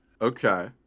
okay